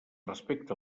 respecte